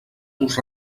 nos